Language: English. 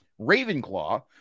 Ravenclaw